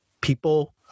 people